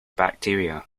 bacteria